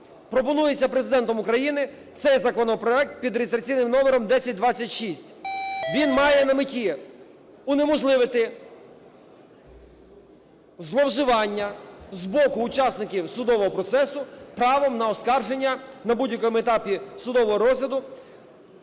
пропонується Президентом України цей законопроект під реєстраційним номером 1026, він має на меті унеможливити зловживання з боку учасників судового процесу правом на оскарження на будь-якому етапі судового розгляду